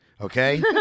Okay